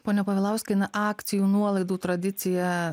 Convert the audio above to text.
pone povilauskai na akcijų nuolaidų tradicija